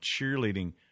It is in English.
cheerleading